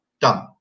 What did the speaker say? done